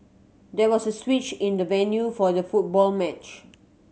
there was a switch in the venue for the football match